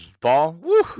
Paul